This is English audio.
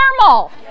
normal